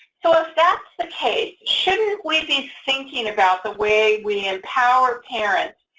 so if that's the case, shouldn't we be thinking about the ways we empower parents,